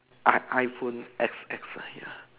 I iPhone X_S lah ya